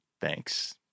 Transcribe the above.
thanks